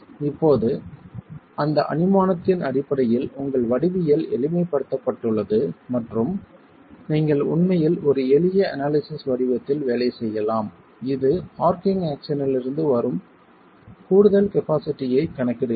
இப்போது அந்த அனுமானத்தின் அடிப்படையில் உங்கள் வடிவியல் எளிமைப்படுத்தப்பட்டுள்ளது மற்றும் நீங்கள் உண்மையில் ஒரு எளிய அனாலிசிஸ் வடிவத்தில் வேலை செய்யலாம் இது ஆர்ச்சிங் ஆக்சன்யிலிருந்து வரும் கூடுதல் கபாஸிட்டியைக் கணக்கிடுகிறது